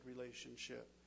relationship